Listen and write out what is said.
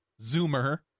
Zoomer